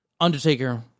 Undertaker